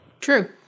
True